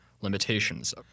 limitations